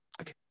okay